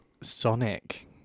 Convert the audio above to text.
Sonic